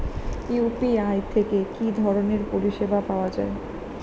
UPI থেকে কি ধরণের পরিষেবা পাওয়া য়ায়?